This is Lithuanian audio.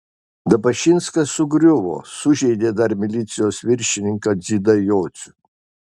dabašinskas sugriuvo sužeidė dar milicijos viršininką dzidą jocių